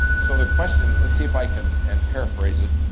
so the question, let's see if i can and paraphrase it,